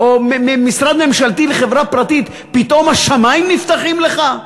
ממשרד ממשלתי לחברה פרטית פתאום השמים נפתחים לך?